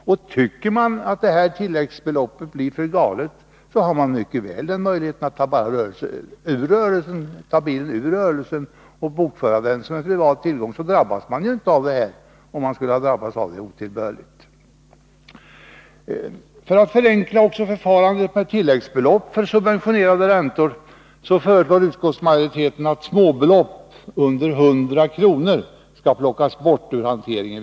Tycker man att tilläggsbeloppet blir galet, har man möjligheten att ta bilen ur rörelsen och bokföra den såsom privat tillgång. Då drabbas man ju inte av detta tillägg, om man nu tycker att det är otillbörligt. För att förenkla också förfarandet med tilläggsbelopp för subventionerade räntor föreslår utskottsmajoriteten att småbelopp under 100 kr. plockas bort ur hanteringen.